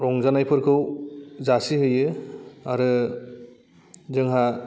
रंजानायफोरखौ जासिहैयो आरो जोंहा